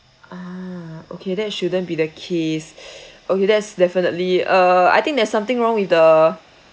ah okay that shouldn't be the case okay that's definitely uh I think there's something wrong with the